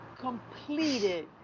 completed